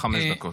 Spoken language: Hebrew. חמש דקות.